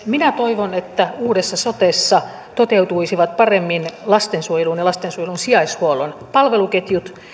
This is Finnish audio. minä toivon että uudessa sotessa toteutuisivat paremmin lastensuojelun ja lastensuojelun sijaishuollon palveluketjut